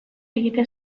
egiten